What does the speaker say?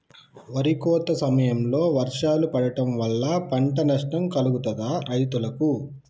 వరి కోత సమయంలో వర్షాలు పడటం వల్ల పంట నష్టం కలుగుతదా రైతులకు?